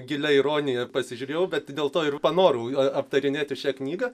gilia ironija pasižiūrėjau bet dėl to ir panorau aptarinėti šią knygą